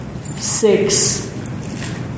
six